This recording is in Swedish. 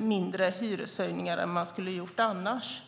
mindre hyreshöjningar än vad man skulle ha gjort annars.